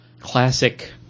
classic